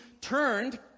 turned